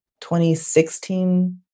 2016